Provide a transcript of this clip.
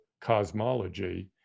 cosmology